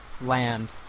land